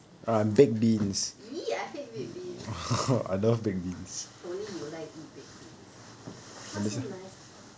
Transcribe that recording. !ee! I hate baked beans only you like to eat baked beans what's so nice about it